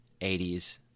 80s